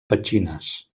petxines